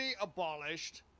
abolished